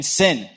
sin